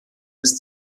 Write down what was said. ist